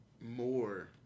more